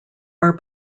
are